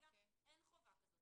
כרגע אין חובה כזו.